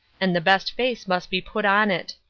and the best face must be put' on it.